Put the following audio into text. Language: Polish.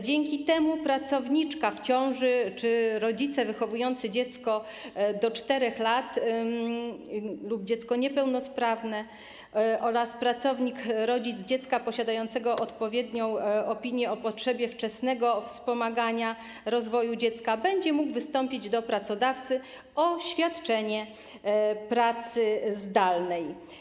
Dzięki temu pracowniczka w ciąży czy rodzice wychowujący dziecko do 4 lat lub dziecko niepełnosprawne oraz pracownik - rodzic dziecka posiadającego odpowiednią opinię o potrzebie wczesnego wspomagania rozwoju dziecka będzie mógł wystąpić do pracodawcy o świadczenie pracy zdalnej.